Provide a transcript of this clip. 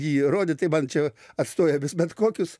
jį rodyt tai man čia atstoja bet kokius